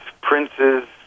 princes